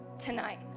tonight